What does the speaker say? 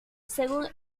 según